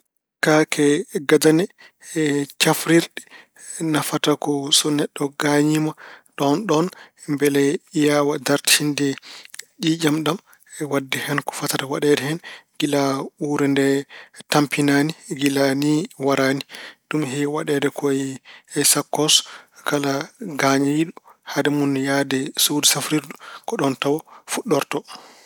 Kaake gadane cafrirɗe nafata ko so neɗɗo gañiima ɗoon ɗoon mbele dartina ƴiiƴam ɗam e waɗde ko fotata waɗeede hen gila uure nde tampinaani gila ni waraani. Ɗum heewi waɗeede ko e sakkoos, kala gañiiɗo hade mun yahde suudu safrirdu ko tawa fuɗɗorto.